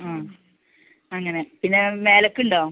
ആ അങ്ങനെ പിന്നെ മേലേക്ക് ഉണ്ടോ